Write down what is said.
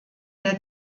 der